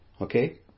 Okay